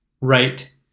right